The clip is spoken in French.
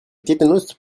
tétanos